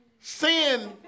Sin